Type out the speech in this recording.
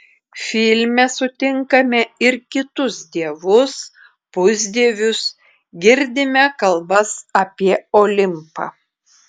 filme sutinkame ir kitus dievus pusdievius girdime kalbas apie olimpą